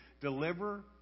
deliver